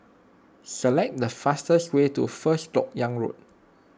select the fastest way to First Lok Yang Road